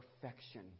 perfection